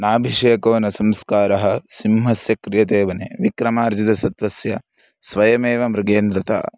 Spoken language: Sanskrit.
नाभिषेको न संस्कारः सिंहस्य क्रियते वने विक्रमार्जितसत्त्वस्य स्वयमेव मृगेन्द्रता